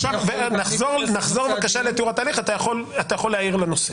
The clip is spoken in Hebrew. נחזור בבקשה לתיאור התהליך, אתה יכול להעיר לנושא